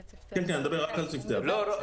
כן, אני מדבר רק על צוותי האוויר עכשיו.